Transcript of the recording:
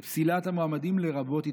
בפסילת המתמודדים "לרבות התבטאויות"